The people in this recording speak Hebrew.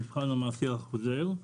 המבחן המעשי החוזר,